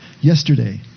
Yesterday